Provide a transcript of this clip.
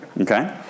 Okay